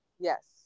Yes